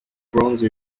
bronze